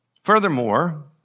Furthermore